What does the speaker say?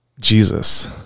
Jesus